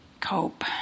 cope